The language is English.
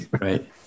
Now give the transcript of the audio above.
Right